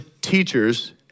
teachers